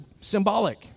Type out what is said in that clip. symbolic